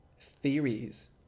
theories